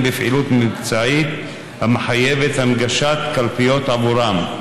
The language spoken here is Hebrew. בפעילות מבצעית המחייבת הנגשת קלפיות עבורם.